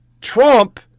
Trump